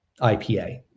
IPA